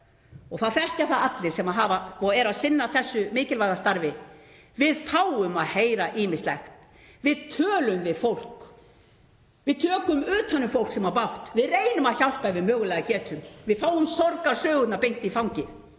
og það þekkja það allir sem eru að sinna þessu mikilvæga starfi að við fáum að heyra ýmislegt. Við tölum við fólk, við tökum utan um fólk sem á bágt, við reynum að hjálpa ef við mögulega getum, við fáum sorgarsögurnar beint í fangið.